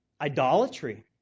Idolatry